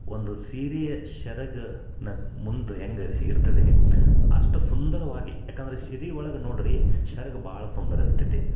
ಒಂದು ಸೀರೆಯ ಸೆರ್ಗ್ ನ ಮುಂದೆ ಹೆಂಗೆ ಇರ್ತದೆ ಅಷ್ಟು ಸುಂದರವಾಗಿ ಯಾಕಂದ್ರೆ ಸಿರಿ ಒಳಗೆ ನೋಡಿ ರೀ ಸೆರ್ಗ್ ಭಾಳ ಸುಂದರ ಇರ್ತೇತಿ